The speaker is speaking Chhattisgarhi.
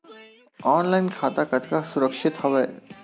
ऑनलाइन खाता कतका सुरक्षित हवय?